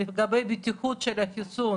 לגבי הבטיחות של החיסון